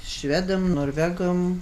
švedam norvegam